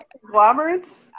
conglomerates